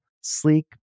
sleek